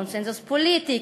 קונסנזוס פוליטי,